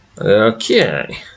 Okay